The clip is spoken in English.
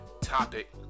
topic